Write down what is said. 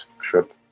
trip